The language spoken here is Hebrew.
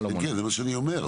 כן, זה מה שאני אומר.